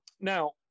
Now